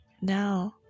now